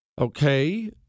Okay